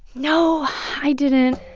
no, i didn't